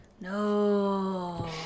no